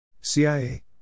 CIA